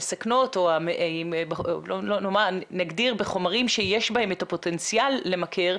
המסכנות או נגדיר בחומרים שיש בהם את הפוטנציאל למכר,